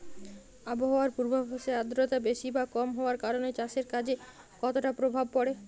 আবহাওয়ার পূর্বাভাসে আর্দ্রতা বেশি বা কম হওয়ার কারণে চাষের কাজে কতটা প্রভাব পড়ে?